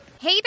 hey